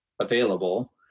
available